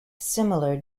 similar